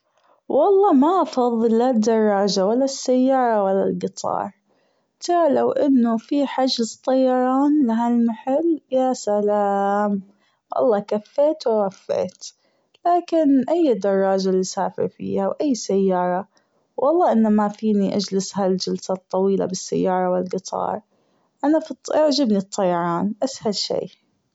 والله ما أفضل لا الدراجة ولا السيارة ولا الجطار ترى لو أنه لو في حجز طيران ياسلام والله كفيت و وفيت لكن أي دراجة نسافر فيها واي سيارة والله أني مافيني أجلس هالجلسة الطويلة بالسيارة والجطار أنا يعجبني الطيران أسهل شي.